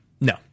no